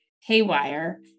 haywire